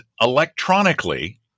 electronically